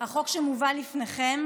החוק שמובא לפניכם